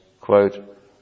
quote